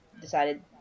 decided